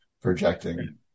projecting